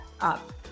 up